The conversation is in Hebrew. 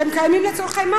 הם קיימים לצורכי מס.